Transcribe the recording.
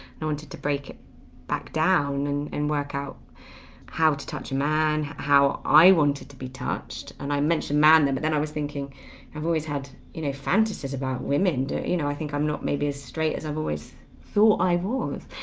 wanted to break it back down and and work out how to touch a man how i wanted to be touched and i mentioned man them and but then i was thinking i've always had you know fantasies about women, you know, i think i'm not maybe as straight as i've always thought i was,